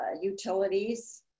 utilities